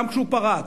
גם כשהוא פרץ.